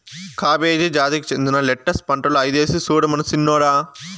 cabbage జాతికి చెందిన lettuce పంటలు ఐదేసి సూడమను సిన్నోడా